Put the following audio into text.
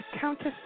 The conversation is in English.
Countess